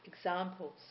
examples